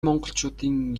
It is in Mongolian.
монголчуудын